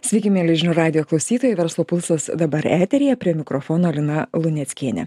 sveiki mieli žinių radijo klausytojai verslo pulsas dabar eteryje prie mikrofono lina luneckienė